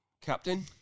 Captain